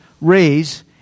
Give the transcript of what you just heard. raise